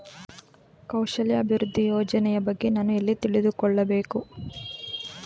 ಕೌಶಲ್ಯ ಅಭಿವೃದ್ಧಿ ಯೋಜನೆಯ ಬಗ್ಗೆ ನಾನು ಎಲ್ಲಿ ತಿಳಿದುಕೊಳ್ಳಬೇಕು?